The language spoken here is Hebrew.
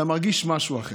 אתה מרגיש משהו אחר.